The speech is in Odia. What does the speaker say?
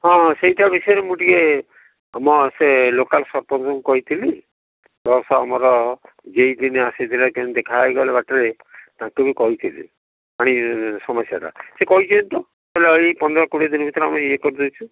ହଁ ହଁ ସେଇଟା ବିଷୟରେ ମୋତେ ଟିକେ ତମ ଆଡ଼େ ସେ ଲୋକାଲ୍ ସରପଞ୍ଚକୁ କହିଥିଲି ପ୍ଲସ୍ ଆମର ଜେ ଇ ଦିନେ ଆସିଥିଲେ କେମିତି ଦେଖା ହେଇଗଲେ ବାଟରେ ତାଙ୍କୁ ବି କହିଥିଲି ପାଣି ସମସ୍ୟାଟା ସେ କହିଛନ୍ତି ତ କହିଲେ ଏଇ ପନ୍ଦର କୋଡ଼ିଏ ଦିନ ଭିତରେ ଆମେ ଏଇ କରିଦେଇଛୁ